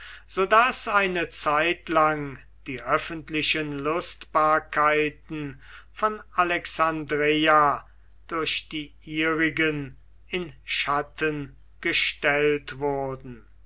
daß eine zeitlang die öffentlichen lustbarkeiten von alexandreia durch die ihrigen in schatten gestellt wurden